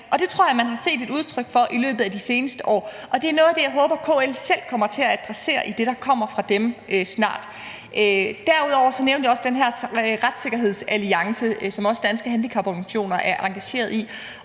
det tror jeg man har set et udtryk for i løbet af de seneste år. Det er noget af det, jeg håber KL selv kommer til at adressere i det, der kommer fra dem snart. Derudover nævnte jeg også den her retssikkerhedsalliance, som også Danske Handicaporganisationer er engageret i.